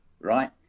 right